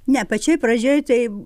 ne pačioje pradžioje tai